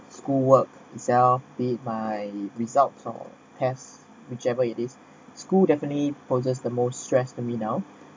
school work itself beat my results all has whichever it is school definitely poses the most stress for me now